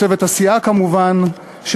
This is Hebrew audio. לצוות הסיעה שלנו כמובן,